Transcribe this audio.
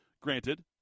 granted